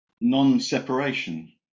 non-separation